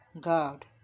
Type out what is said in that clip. God